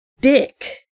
dick